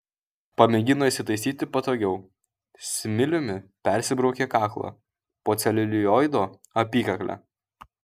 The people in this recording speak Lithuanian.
pamėgino įsitaisyti patogiau smiliumi persibraukė kaklą po celiulioido apykakle